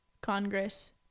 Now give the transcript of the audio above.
Congress